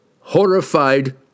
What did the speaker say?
horrified